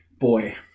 Boy